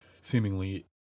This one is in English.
seemingly